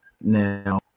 Now